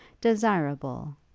desirable